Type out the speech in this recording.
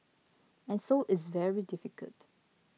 and so it's very difficult